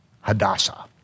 Hadassah